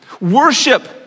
Worship